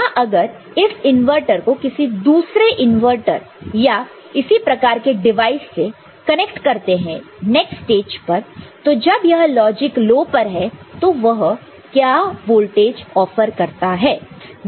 यहां अगर इस इनवर्टर को किसी दूसरे इनवर्टर या इसी प्रकार के डिवाइस से कनेक्ट करते हैं नेक्स्ट स्टेज पर तो जब यह लॉजिक लो पर है तो वह क्या वोल्टेज ऑफर करता है